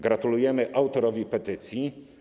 Gratulujemy autorowi petycji.